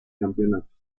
campeonato